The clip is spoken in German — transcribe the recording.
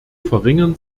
verringern